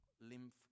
lymph